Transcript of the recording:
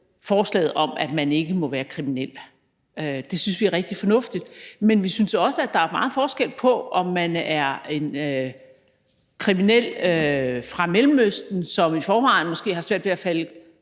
forslaget om, at man ikke må være kriminel; det synes vi er meget fornuftigt. Men vi synes også, at der er meget forskel på, om man er en kriminel fra Mellemøsten, som måske i forvejen har svært ved at falde